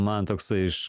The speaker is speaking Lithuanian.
man toksai iš